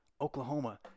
oklahoma